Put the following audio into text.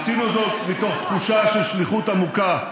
עשינו זאת מתוך תחושה של שליחות עמוקה,